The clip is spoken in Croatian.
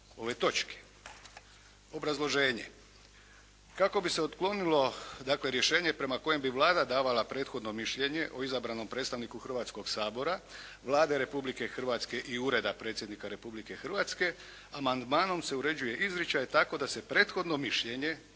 ove točke". Obrazloženje: Kako bi se otklonilo dakle rješenje prema kojem bi Vlada davala prethodno mišljenje o izabranom predstavniku Hrvatskoga sabora, Vlade Republike Hrvatske i Ureda predsjednika Republike Hrvatske amandmanom se uređuje izričaj tako da se prethodno mišljenje